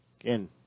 again